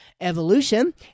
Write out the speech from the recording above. evolution